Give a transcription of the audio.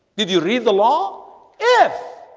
did you read the law if?